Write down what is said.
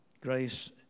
Grace